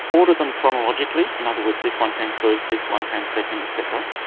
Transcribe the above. order them chronologically, in other words this one came first, this one came second, et cetera,